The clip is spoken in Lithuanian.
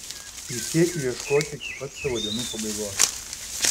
prisiekiu ieškoti iki pat savo dienų pabaigos